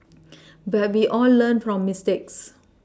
but we all learn from mistakes